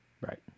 right